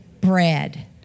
bread